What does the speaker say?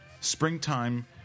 Springtime